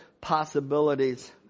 possibilities